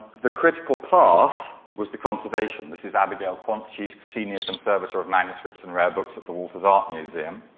the critical path was the conservation. this is abigail quandt, she's senior conservator of manuscripts and rare books at the walters art museum.